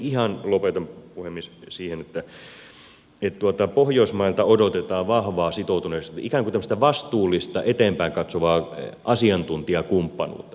minä lopetan puhemies siihen että pohjoismailta odotetaan vahvaa sitoutuneisuutta ikään kuin tämmöistä vastuullista eteenpäin katsovaa asiantuntijakumppanuutta